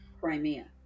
Crimea